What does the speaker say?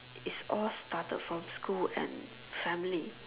is all started from school and family